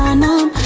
ah no.